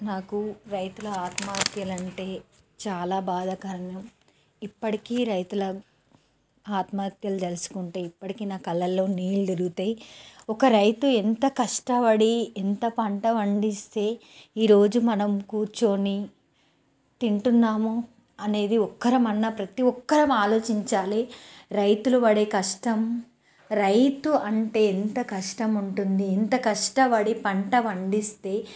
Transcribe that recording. నాకు రైతుల ఆత్మహత్యలు అంటే చాలా బాధాకరం ఇప్పటికీ రైతుల ఆత్మహత్యలు తలుచుకుంటే ఇప్పటికీ నా కళ్ళల్లో నీళ్ళు తిరుగుతాయి ఒక రైతు ఎంత కష్టపడి ఎంత పంట పండిస్తే ఈరోజు మనం కూర్చొని తింటున్నాము అనేది ఒక్కరమైనా ప్రతీ ఒక్కరం ఆలోచించాలి రైతులు పడే కష్టం రైతు అంటే ఎంత కష్టం ఉంటుంది ఎంత కష్టపడి పంట పండిస్తే